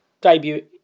debut